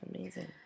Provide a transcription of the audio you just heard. Amazing